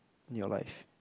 in your life